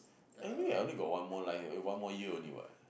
anyway I only got one more li~ eh one more year only what